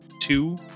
two